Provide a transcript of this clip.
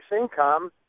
income